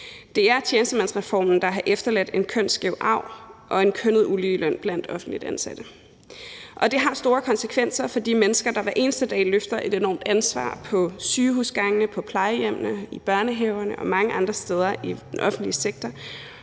Det er tjenestemandsreformen, der har efterladt en kønsskæv arv og en kønnet uligeløn blandt offentligt ansatte. Det har store konsekvenser for de mennesker, der hver eneste dag løfter et enormt ansvar på sygehusgangene, på plejehjemmene, i børnehaverne og mange andre steder i den offentlige sektor,